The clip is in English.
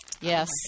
Yes